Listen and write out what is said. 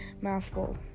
mouthful